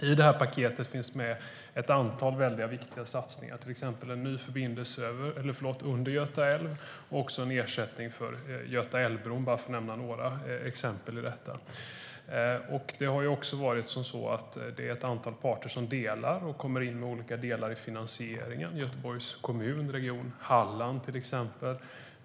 I paketet finns ett antal viktiga satsningar, till exempel en ny förbindelse under Göta älv och en ersättning för Götaälvbron. Det är ett antal parter som delar på finansieringen, till exempel Göteborgs kommun och Region Halland.